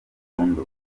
burundu